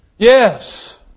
Yes